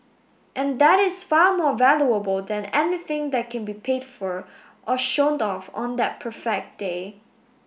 and that is far more valuable than anything that can be paid for or showed off on that perfect day